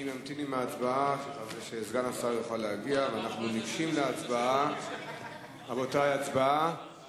ההצעה להעביר את הנושא